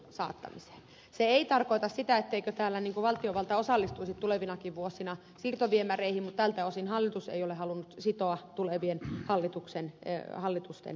se ei tarkoita sitä etteikö täällä valtiovalta osallistuisi tulevinakin vuosina siirtoviemäreihin mutta tältä osin hallitus ei ole halunnut sitoa tulevien hallitusten töitä